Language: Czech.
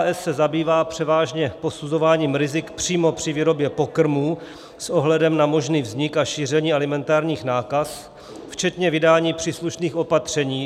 KHS se zabývá převážně posuzováním rizik přímo při výrobě pokrmů s ohledem na možný vznik a šíření alimentárních nákaz, včetně vydání příslušných opatření.